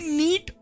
need